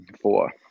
four